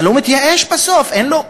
אבל הוא מתייאש בסוף, אין לו כסף.